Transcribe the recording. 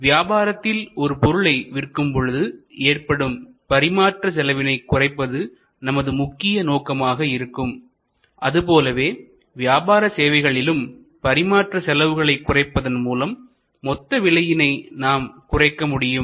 வியாபாரத்தில் ஒரு பொருளை விற்கும் பொழுது ஏற்படும் பரிமாற்ற செலவினை குறைப்பது நமது முக்கிய நோக்கமாக இருக்கும் அதுபோலவே வியாபார சேவைகளிலும் பரிமாற்ற செலவுகளை குறைப்பதன் மூலம் மொத்த விலையினை நாம் குறைக்க முடியும்